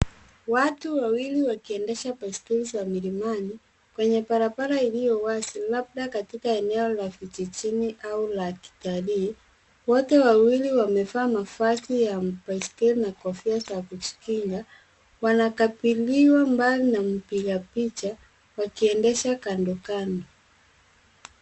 Watu wawili wakiendesha baiskeli za milimani kwenye barabara iliyo wazi labda katika eneo la vijijini au la kitalii. Wote wawili wamevaa mavazi ya baiskeli na kofia za kujikinga. Wanakabiliwa mbali na mpiga picha wakiendesha kando kando.